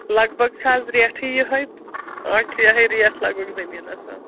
لگ بگ چھِ اَز ریٹٕے یِہَے اَز چھُ یِہَے ریٹ لَگ بگ زٔمیٖنس